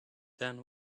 then